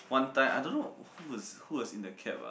one time I don't know who was who was in the cab lah